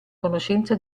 conoscenza